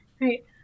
Right